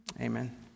Amen